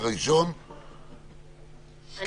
אני